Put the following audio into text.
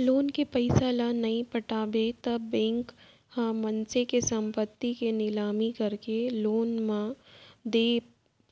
loan के पइसा ल नइ पटाबे त बेंक ह मनसे के संपत्ति के निलामी करके लोन म देय